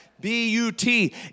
B-U-T